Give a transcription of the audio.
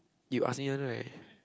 you ask me one right